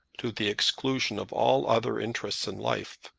to the exclusion of all other interests in life,